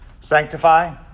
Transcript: Sanctify